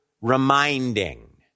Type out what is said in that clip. reminding